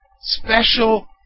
special